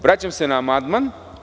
Vraćam se na amandman.